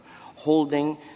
holding